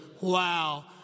Wow